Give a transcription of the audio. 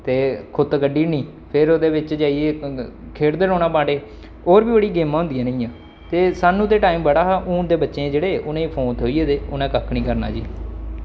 ते गुत्त कड्ढी ओड़नी ते फिर ओह्दे बिच्च जाइयै खेढदे रौह्ना बांह्टे होर बी बड़ियां गेमां होंदियां रेहियां ते सानूं ते टाईम बड़ा हा हून ते बच्चे जेह्ड़े उ'नें ई फोन थ्होई गेदे उ'नें कक्ख निं करना जी